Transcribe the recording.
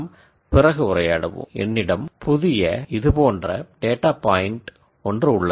இங்கே என்னிடம் புதிய இது போன்ற டேட்டா பாயின்ட் ஒன்று உள்ளது